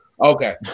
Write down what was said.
Okay